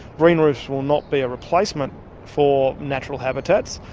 green roofs will not be a replacement for natural habitats,